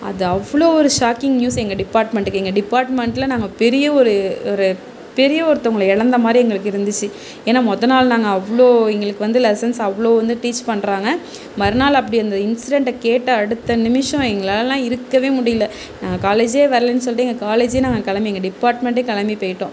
அது அவ்வளோ ஒரு ஷாக்கிங் நியூஸ் எங்கள் டிபார்ட்மெண்ட்டுக்கு எங்கள் டிபார்ட்மெண்ட்டில் நாங்கள் பெரிய ஒரு ஒரு பெரிய ஒருத்தவங்களை இழந்த மாதிரி எங்களுக்கு இருந்துச்சு ஏன்னா மொதல் நாள் நாங்கள் அவ்வளோ எங்களுக்கு வந்து லெஸன்ஸ் அவ்வளோ வந்து டீச் பண்ணுறாங்க மறுநாள் அப்படி அந்த இன்சிடென்ட்டை கேட்ட அடுத்த நிமிஷம் எங்களாலலாம் இருக்க முடியல நாங்கள் காலேஜ் வரலை சொல்லிட்டு எங்கள் காலேஜ் நாங்கள் கிளம்பி எங்கள் டிபார்ட்மெண்ட் கிளம்பி போய்ட்டோம்